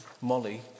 Molly